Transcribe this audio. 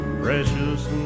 precious